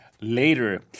later